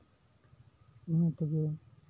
ᱚᱱᱟ ᱛᱮᱜᱮ